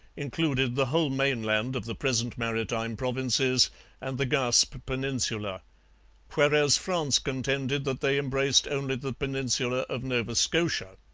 included the whole mainland of the present maritime provinces and the gaspe peninsula whereas france contended that they embraced only the peninsula of nova scotia.